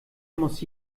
muss